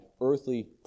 earthly